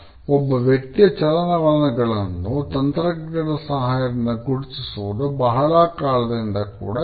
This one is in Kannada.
ಒಬ್ಬ ವ್ಯಕ್ತಿಯ ಚಲನವಲನಗಳನ್ನು ತಂತ್ರಜ್ಞಾನದ ಸಹಾಯದಿಂದ ಗುರುತಿಸುವುದು ಬಹಳ ಕಾಲದಿಂದ ಕೂಡ ಇದೆ